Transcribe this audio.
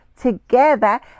together